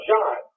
John